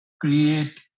create